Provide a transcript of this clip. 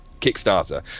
Kickstarter